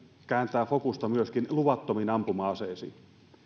kääntää fokusta myöskin luvattomiin ampuma aseisiin